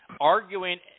arguing